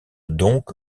donc